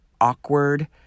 awkward